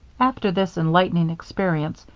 after this enlightening experience,